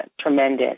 tremendous